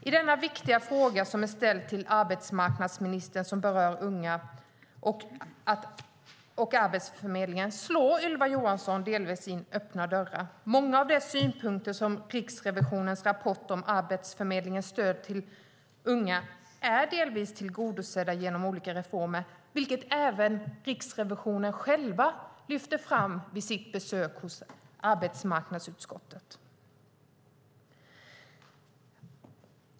I denna viktiga fråga, ställd till arbetsmarknadsministern, som berör unga och Arbetsförmedlingen slår Ylva Johansson delvis in öppna dörrar. Många av de synpunkter som framfördes i Riksrevisionens rapport om Arbetsförmedlingens stöd till unga är delvis tillgodosedda genom olika reformer, vilket även Riksrevisionen lyfte fram vid sitt besök hos arbetsmarknadsutskottet.